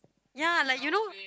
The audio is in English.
ya like you know